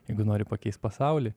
jeigu nori pakeist pasaulį